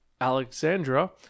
Alexandra